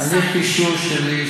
הליך גישור שלי,